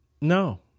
No